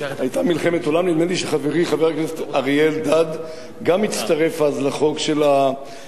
נדמה לי שחברי חבר הכנסת אריה אלדד גם הצטרף אז לחוק של המכשול והגדר.